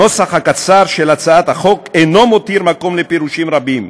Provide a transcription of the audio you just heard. הנוסח הקצר של הצעת החוק אינו מותיר מקום לפירושים רבים.